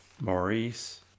Maurice